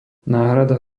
náhrada